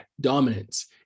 dominance